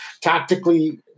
Tactically